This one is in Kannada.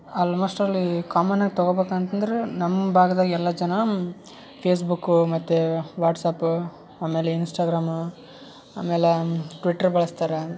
ಆಲ್ಮೋಶ್ಟಲ್ಲಿ ಕಾಮನ್ ಅಗಿ ತಗೊಬೇಕ್ ಅಂತಂದರೆ ನಮ್ಮ ಭಾಗ್ದಾಗ ಎಲ್ಲ ಜನ ಫೇಸ್ಬುಕ್ಕು ಮತ್ತು ವಾಟ್ಸ್ಅಪು ಆಮೇಲೆ ಇನ್ಸ್ಟಾಗ್ರಾಮು ಆಮೇಲೆ ಟ್ವಿಟ್ರ್ ಬಳ್ಸ್ತಾರೆ